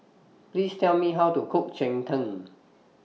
Please Tell Me How to Cook Cheng Tng